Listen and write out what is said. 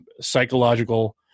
psychological